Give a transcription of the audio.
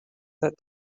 that